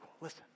Listen